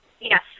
Yes